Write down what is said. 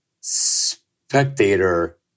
spectator